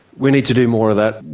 we need to do more of that.